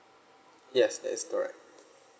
yes that is correct